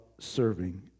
serving